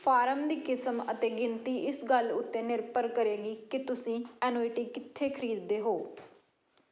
farm ਦੀ ਕਿਸਮ ਅਤੇ ਗਿਣਤੀ ਇਸ ਗੱਲ ਉੱਤੇ ਨਿਰਭਰ ਕਰੇਗੀ ਕਿ ਤੁਸੀਂ ਐਨੂਇਟੀ ਕਿੱਥੇ ਖਰੀਦਦੇ ਹੋ